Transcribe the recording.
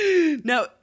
Now